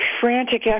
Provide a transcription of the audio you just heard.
frantic